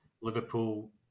Liverpool